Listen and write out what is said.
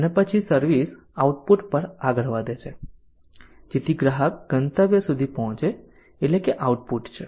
અને પછી service output પર આગળ વધે છે જેથી ગ્રાહક ગંતવ્ય સુધી પહોંચે એટલે કે આઉટપુટ છે